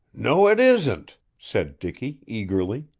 no, it isn't, said dicky eagerly.